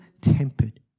tempered